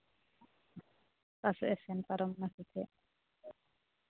ᱚᱠᱟ ᱥᱮᱫᱼᱮ ᱥᱮᱱ ᱯᱟᱨᱚᱢᱮᱱᱟ ᱥᱮ ᱪᱮᱫ